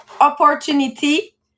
opportunity